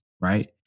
right